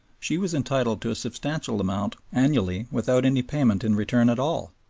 she was entitled to a substantial amount annually without any payment in return at all.